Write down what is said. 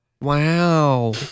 wow